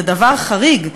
זה דבר חריג,